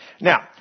Now